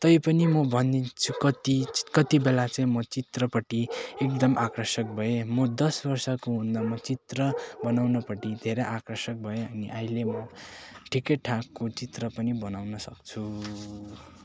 तैपनि म भनिदिन्छु कति कति बेला चाहिँ म चित्रपट्टि एकदम आकर्षक भए म दस वर्षको हुँदा म चित्र बनाउनपट्टि धेरै आकर्षक भएँ अनि अहिले म ठिकैठाकको चित्र पनि बनाउन सक्छु